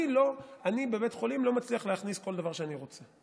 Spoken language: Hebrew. אני לבית חולים לא מצליח להכניס כל דבר שאני רוצה.